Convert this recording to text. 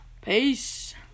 Peace